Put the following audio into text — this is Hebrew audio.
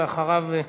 ואחריו,